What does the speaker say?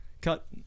Cut